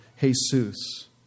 Jesus